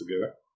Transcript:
together